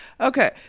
Okay